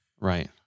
Right